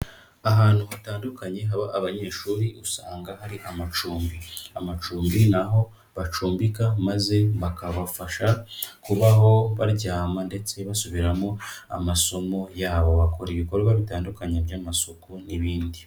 Ahantu hatandukanye haba abanyeshuri usanga hari amacumbi, amacumbi naho bacumbika maze bakabafasha kubaho baryama ndetse basubiramo amasomo yabo, bakora ibikorwa bitandukanye by'amasuku n'ibindi.